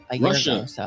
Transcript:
Russia